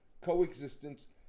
coexistence